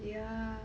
yeah